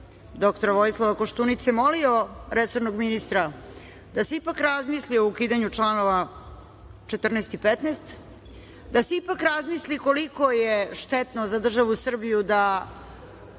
dr Vojislava Koštunice, molio resornog ministra da se ipak razmisli o ukidanju članova 14. i 15. da se ipak razmisli koliko je štetno za državu Srbiju, da